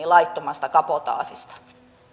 laittomasta kabotaasista